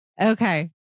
Okay